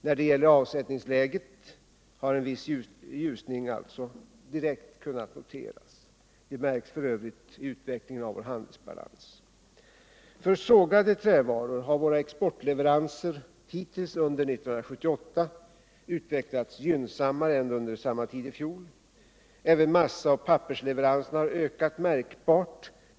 När det gäller avsättningsläget har en viss ljusning direkt kunnat noteras, vilket f. ö. märkts i utvecklingen av vår handelsbalans. För sågade trävaror har våra exportle veranser hittills under 1978 utvecklats gynnsammare än under samma tid i 44 fjol. Även massaoch pappersleveranserna har ökat märkbart.